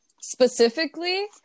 specifically